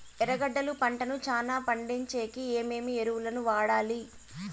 ఎర్రగడ్డలు పంటను చానా పండించేకి ఏమేమి ఎరువులని వాడాలి?